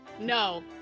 no